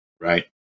right